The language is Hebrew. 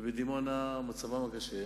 ובדימונה מצבם קשה.